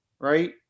right